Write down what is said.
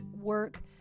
work